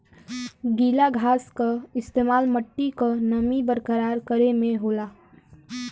गीला घास क इस्तेमाल मट्टी क नमी बरकरार करे में होला